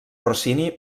rossini